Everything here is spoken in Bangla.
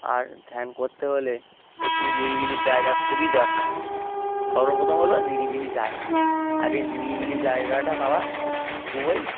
আর ধ্যান করতে হলে একটি নিরিবিলির জায়গা খুবই দরকার সর্বপ্রথম হলো নিরিবিলি জায়গা আর এই নিরিবিলি জায়গাটা পাওয়া খুবই